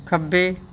ਖੱਬੇ